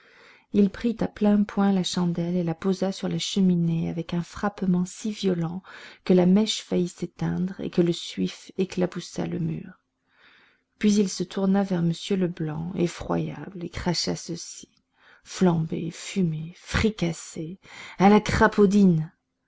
il prit à plein poing la chandelle et la posa sur la cheminée avec un frappement si violent que la mèche faillit s'éteindre et que le suif éclaboussa le mur puis il se tourna vers m leblanc effroyable et cracha ceci flambé fumé fricassé à la crapaudine